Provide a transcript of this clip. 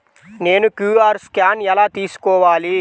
నేను QR scan ఎలా తీసుకోవాలి?